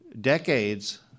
decades